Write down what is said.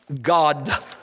God